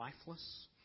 lifeless